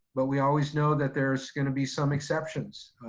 but we always know that there's going to be some exceptions.